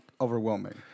overwhelming